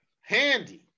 handy